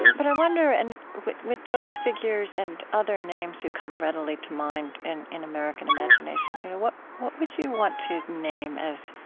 but i wonder, and with with those figures and other names who come readily to mind in in american imaginations, you know what what would you want to name as